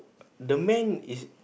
the man is